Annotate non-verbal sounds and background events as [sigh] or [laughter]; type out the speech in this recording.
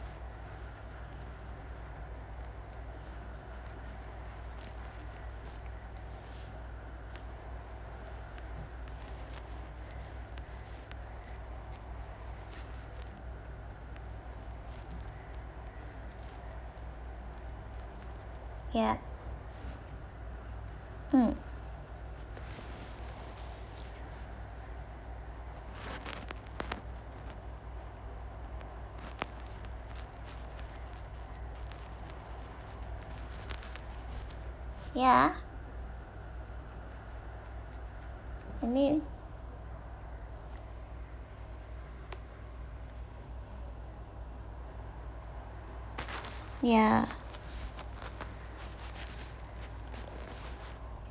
ya mm ya I mean ya [noise]